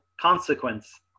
consequence